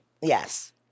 Yes